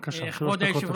בבקשה, שלוש דקות.